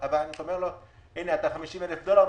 הבנק אומר לו: אתה 50,000 דולר,